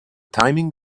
timing